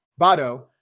Bado